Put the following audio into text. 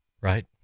right